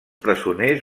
presoners